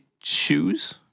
shoes